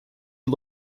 you